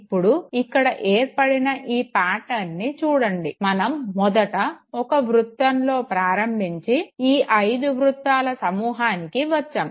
ఇప్పుడు ఇక్కడ ఏర్పడిన ఈ పాటర్న్ను చూడండి మనం మొదట ఒక వృతంలో ప్రారంభించి ఈ అయిదు వృత్తాల సమూహానికి వచ్చాము